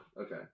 Okay